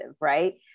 right